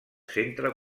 centre